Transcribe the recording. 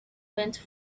went